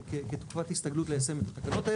כתקופת הסתגלות ליישם את התקנות האלה.